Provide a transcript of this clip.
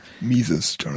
Mises